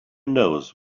knows